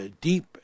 deep